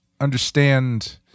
understand